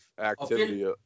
activity